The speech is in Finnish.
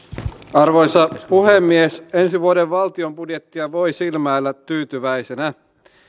arvoisa puhemies ensi vuoden valtion budjettia voi silmäillä tyytyväisenä